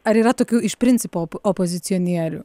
ar yra tokių iš principo op opozicionierių